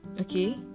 okay